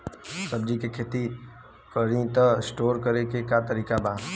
सब्जी के खेती करी त स्टोर करे के का तरीका बा?